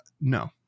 no